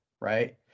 right